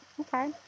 okay